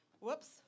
Whoops